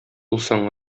булсаң